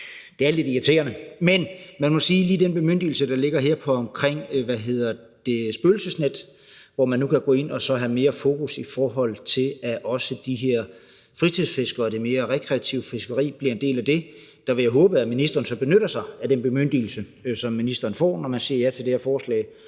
det er lidt irriterende. Men man må sige, at lige den bemyndigelse, der ligger her, i forhold til spøgelsesnet, hvor man nu kan gå ind at have mere fokus på, at også de her fritidsfiskere og det mere rekreative fiskeri bliver en del af det, vil jeg håbe ministeren så benytter sig af. Det er den bemyndigelse, som ministeren får, når man siger ja til det her forslag